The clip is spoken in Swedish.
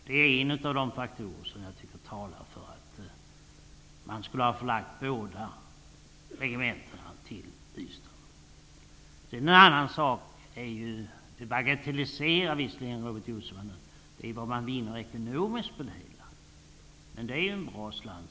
Det är en av de faktorer som jag tycker talar för att man skulle ha förlagt båda regementena till Ystad. En annan sak är, vilket Robert Jousma visserligen bagatelliserar, vad man vinner ekonomiskt på det hela. Det är en bra slant.